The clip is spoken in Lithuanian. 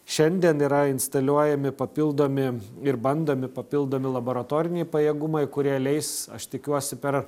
šiandien yra instaliuojami papildomi ir bandomi papildomi laboratoriniai pajėgumai kurie leis aš tikiuosi per